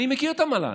אני מכיר את המל"ל.